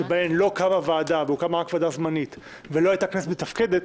שבהן לא קמה ועדה וקמה רק ועדה זמנית ולא הייתה כנסת מתפקדת,